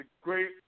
great